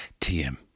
TM